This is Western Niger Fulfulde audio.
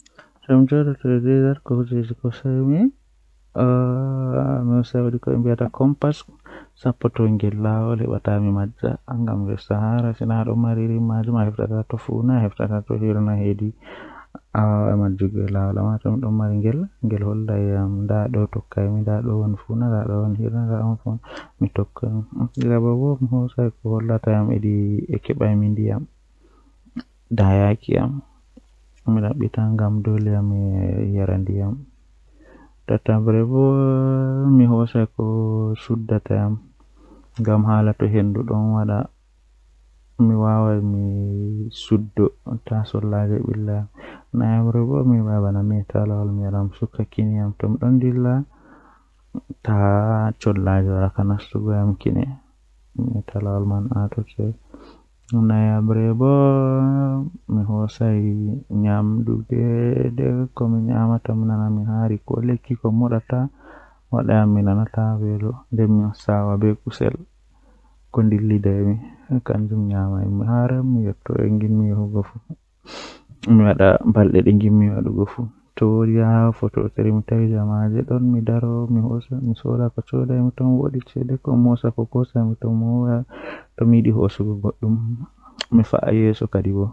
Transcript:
Koɓe tagi haa duniyaaru jei ɓuri E njaatigi maɓɓe e no waɗi ko jooɗaade ngoodaaɗi, kono ngoodi heen walla jogii cuɗii, hitaan tawii ndon waɗi ngooru ngam haɓɓude ngelnaange e nder yeeso. Si tawii ngoodi waɗaa roƴɓe kanko e waɗde waɗitugol goonga, ko maa ngoodi ɓuri jooni walla waɗtu jogiraa goonga. Konngol fawru e ɗo doole jooɗa ko si maƴii ngoodi goɗɗe nguurndal.